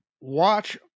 watch